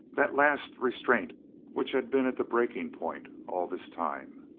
that last restraint which had been at the breaking-point all this time.